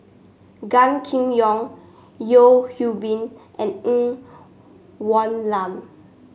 Gan Kim Yong Yeo Hwee Bin and Ng Woon Lam